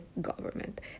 government